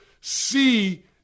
see